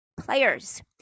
players